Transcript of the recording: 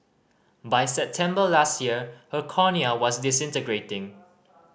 by September last year her cornea was disintegrating